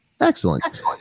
Excellent